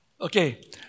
Okay